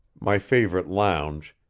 my favorite lounge,